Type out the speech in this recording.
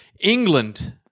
England